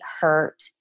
hurt